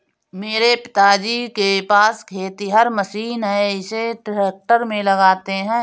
मेरे पिताजी के पास खेतिहर मशीन है इसे ट्रैक्टर में लगाते है